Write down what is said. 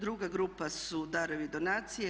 Druga grupa su darovi i donacije.